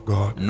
God